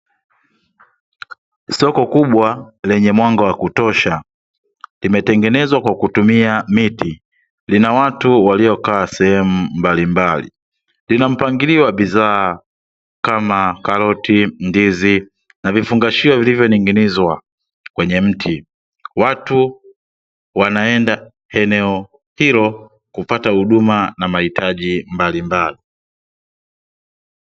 Soko kubwa lenye mwanga wa kutosha, limetengenezwa kwa kutumia miti, lina watu waliokaa sehemu mbalimbali. Lina mpangilio wa bidhaa kama karoti, ndizi na vifungashio vilivyoning'inizwa kwenye mti. Watu wanaenda eneo hilo kupata huduma na mahitaji mbalimbali.